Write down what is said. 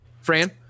Fran